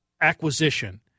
acquisition